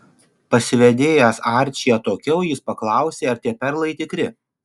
pasivedėjęs arčį atokiau jis paklausė ar tie perlai tikri